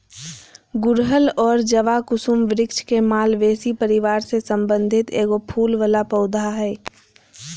गुड़हल और जवाकुसुम वृक्ष के मालवेसी परिवार से संबंधित एगो फूल वला पौधा हइ